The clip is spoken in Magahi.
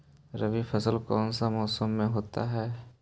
रवि फसल कौन सा मौसम में होते हैं?